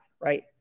right